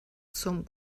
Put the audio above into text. zum